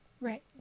Right